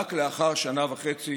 ורק לאחר שנה וחצי